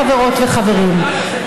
חברות וחברים,